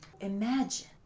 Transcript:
imagine